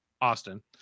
Austin